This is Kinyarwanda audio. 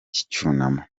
cy’icyunamo